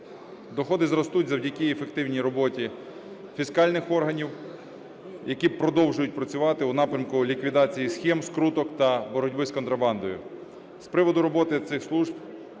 Доходи зростуть завдяки ефективній роботі фіскальних органів, які продовжують працювати у напрямку ліквідації схем, скруток та боротьби з контрабандою. З приводу роботи цих служб